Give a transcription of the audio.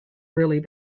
really